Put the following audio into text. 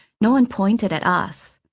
no one pointed at us.